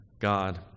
God